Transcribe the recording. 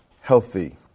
healthy